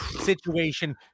situation